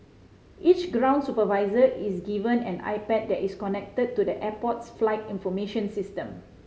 each ground supervisor is given an iPad that is connected to the airport's flight information system